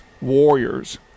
Warriors